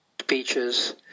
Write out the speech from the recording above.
speeches